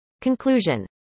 Conclusion